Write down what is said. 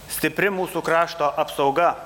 stipri mūsų krašto apsauga